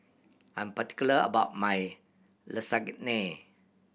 I'm particular about my Lasagne